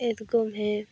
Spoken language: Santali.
ᱮᱫᱽᱜᱚᱢ ᱦᱮᱸ